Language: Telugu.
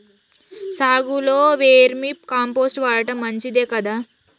సాగులో వేర్మి కంపోస్ట్ వాడటం మంచిదే కదా?